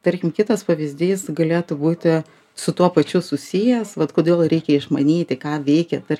tarkim kitas pavyzdys galėtų būti su tuo pačiu susijęs vat kodėl reikia išmanyti ką veikia per